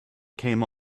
came